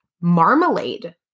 marmalade